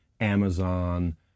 Amazon